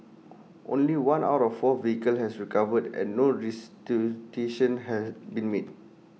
only one out of four vehicles has recovered and no had been made